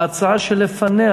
בהצעה שלפניה,